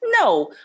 No